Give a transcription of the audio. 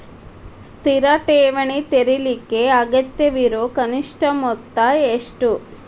ಸ್ಥಿರ ಠೇವಣಿ ತೆರೇಲಿಕ್ಕೆ ಅಗತ್ಯವಿರೋ ಕನಿಷ್ಠ ಮೊತ್ತ ಎಷ್ಟು?